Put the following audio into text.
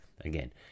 again